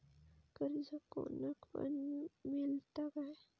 कर्ज कोणाक पण मेलता काय?